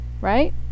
right